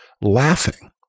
laughing